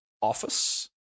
office